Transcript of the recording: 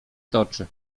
toczy